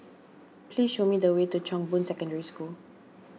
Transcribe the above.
please show me the way to Chong Boon Secondary School